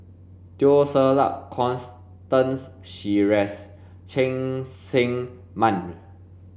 Teo Ser Luck Constance Sheares Cheng Tsang Man